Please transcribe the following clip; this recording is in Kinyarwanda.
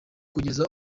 kugeza